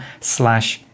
slash